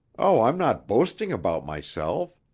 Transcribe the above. oh, i'm not boasting about myself!